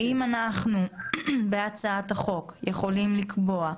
האם בהצעת החוק אנחנו יכולים לקבוע,